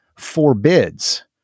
forbids